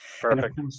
Perfect